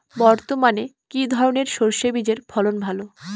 বর্তমানে কি ধরনের সরষে বীজের ফলন ভালো?